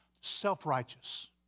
self-righteous